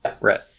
Right